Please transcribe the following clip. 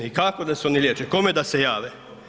I kako da se oni liječe, kome da se jave?